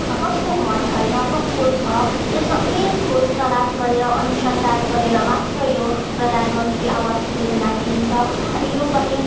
कसको घर छैन कसको छ यो सबै खोज तलास गरेर अनुसन्धान गरेर मात्र यो प्रधानमन्त्री आवास योजना दिइन्छ अनि यो पनि